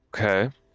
Okay